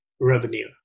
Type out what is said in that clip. revenue